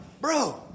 bro